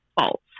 false